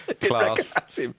class